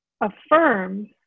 Affirms